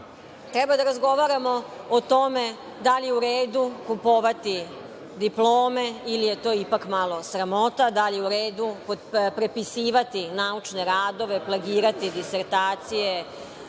mesta. Treba da razgovaramo o tome da li je u redu kupovati diplome ili je to ipak sramota, da li je u redu prepisivati naučne radove, plagirati disertacije,